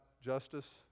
justice